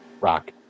rock